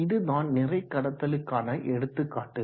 இதுதான் நிறை கடத்துதலுக்கான எடுத்துக்காட்டுகள்